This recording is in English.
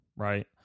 Right